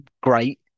great